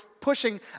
pushing